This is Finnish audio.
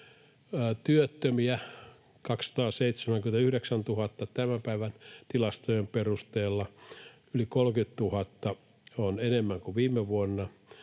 työttömiä 279 000 tämän päivän tilastojen perusteella, yli 30 000 enemmän kuin viime vuonna.